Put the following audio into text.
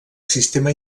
sistema